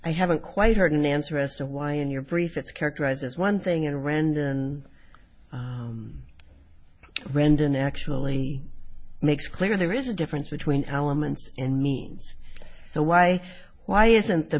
i haven't quite heard an answer as to why in your brief it's characterized as one thing and render and brendan actually makes clear there is a difference between aliments and means so why why isn't the